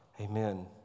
amen